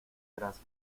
grasa